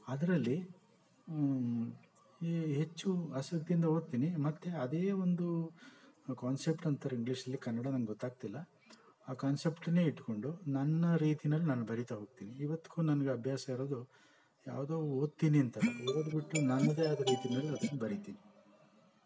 ಅದರಲ್ಲಿ ಈ ಹೆಚ್ಚು ಆಸಕ್ತಿಯಿಂದ ಓದ್ತೀನಿ ಮತ್ತು ಅದೇ ಒಂದು ಕಾನ್ಸೆಪ್ಟ್ ಅಂತಾರೆ ಇಂಗ್ಲೀಷಲ್ಲಿ ಕನ್ನಡ ನನ್ಗೆ ಗೊತ್ತಾಗ್ತಿಲ್ಲ ಆ ಕಾನ್ಸೆಪ್ಟ್ನೇ ಇಟ್ಟುಕೊಂಡು ನನ್ನ ರೀತಿಯಲ್ಲಿ ನಾನು ಬರೀತಾ ಹೋಗ್ತೀನಿ ಇವತ್ತಿಗೂ ನನ್ಗೆ ಅಭ್ಯಾಸ ಇರೋದು ಯಾವುದೋ ಓದ್ತೀನಿ ಅಂತಲ್ಲ ಓದಿಬಿಟ್ಟು ನನ್ನದೇ ಆದ ರೀತಿನಲ್ಲಿ ಅದನ್ನ ಬರಿತೀನಿ